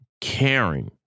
caring